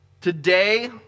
Today